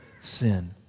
sin